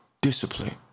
discipline